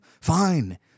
Fine